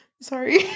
sorry